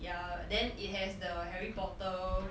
ya then it has the Harry Potter